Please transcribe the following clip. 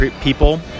people